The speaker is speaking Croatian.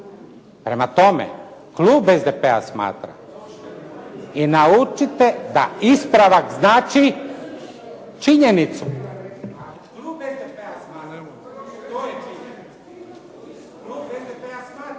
prema tome klub SDP-a smatra i naučite da ispravak znači činjenicu. Klub SDP-a smatra,